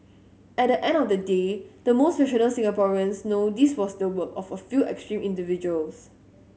at the end of the day the most rational Singaporeans know this was the work of a few extreme individuals